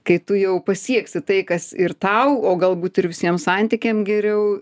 kai tu jau pasieksi tai kas ir tau o galbūt ir visiem santykiam geriau